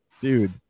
dude